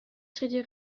среди